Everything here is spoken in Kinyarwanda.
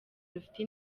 rufite